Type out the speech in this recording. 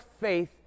faith